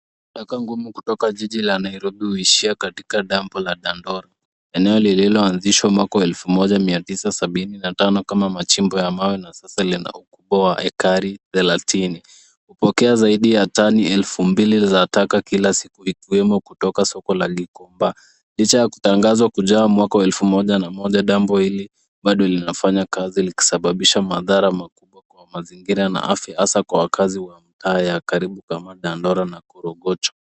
Taka ngumu kutoka jiji la Nairobi huishia katika dampu la Dandora. Eneo lilioanzishwa mwaka elfu moja mia tisa sabini na tano kama machimbo ya mawe na sasa lina ukubwa wa ekari thelathini. Hupokea zaidi ya tani elfu mbili za taka kila siku, ikiwemo kutoka soko la Gikomba. Licha ya kutangazwa kujaa mwaka wa elfu moja na moja, dampu hili bado linafanya kazi likisababisha madhara makubwa kwa mazingira na afya, hasa kwa wakazi wa mitaa ya karibu kama Dandora na Korogocho.